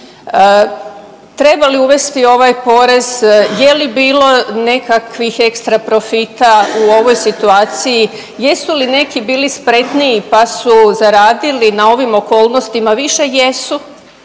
Treba li uvesti ovaj porez? Je li bilo nekakvih ekstra profita u ovoj situaciji? Jesu li neki bili spretniji pa su zaradili na ovim okolnostima više? Jesu,